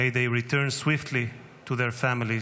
May they return swiftly to their families.